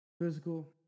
physical